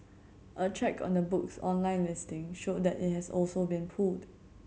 a check on the book's online listing showed that it has also been pulled